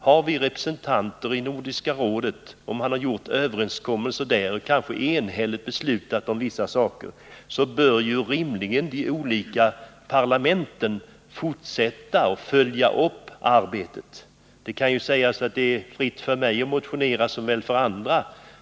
Har vi representanter i Nordiska rådet som har träffat överenskommelser där och kanske enhälligt beslutat om vissa saker, så bör ju rimligen de olika parlamenten fortsätta att följa upp arbetet. Det kan sägas att det är fritt för mig att motionera såväl som för andra.